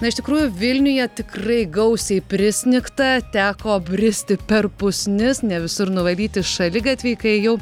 na iš tikrųjų vilniuje tikrai gausiai prisnigta teko bristi per pusnis ne visur nuvalyti šaligatviai kai ėjau